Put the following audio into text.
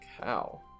cow